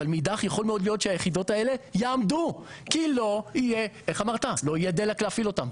ומאידך יכול להיות שהיחידות האלה יעמדו כי לא יהיה דלק להפעיל אותן.